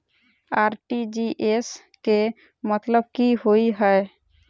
RTGS केँ मतलब की होइ हय?